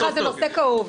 סליחה, זה נושא כאוב.